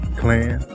clan